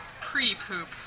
pre-poop